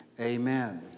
amen